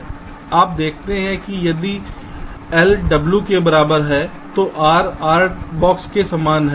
आप देखते हैं कि यदि l w के बराबर है तो R R⧠ के समान है